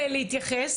יהודים וערבים ביחד.